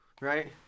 right